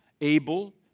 able